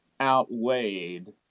outweighed